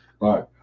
Right